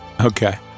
okay